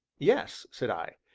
yes, said i.